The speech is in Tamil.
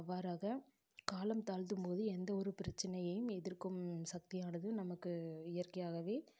அவ்வாறாக காலம் தாழ்த்தும்போது எந்த ஒரு பிரச்சினயையும் எதிர்க்கும் சக்தியானது நமக்கு இயற்கையாகவே